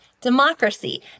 democracy